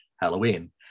Halloween